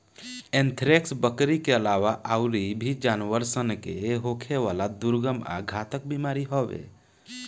anthrax, बकरी के आलावा आयूरो भी जानवर सन के होखेवाला दुर्गम आ घातक बीमारी हवे